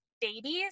babies